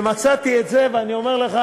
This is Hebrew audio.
ומצאתי את זה, ואני אומר לך,